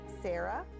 Sarah